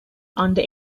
under